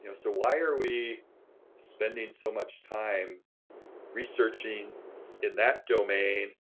you know so why are we spending so much time researching in that domain,